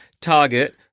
target